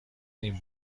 این